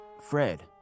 Fred